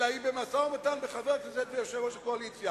אלא היא במשא-ומתן בין חבר הכנסת ליושב-ראש הקואליציה.